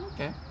Okay